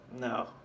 No